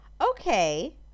okay